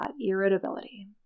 irritability